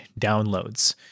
downloads